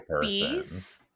beef